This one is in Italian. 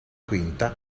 quinta